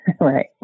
Right